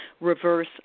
reverse